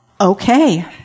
okay